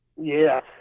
Yes